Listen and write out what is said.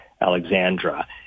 Alexandra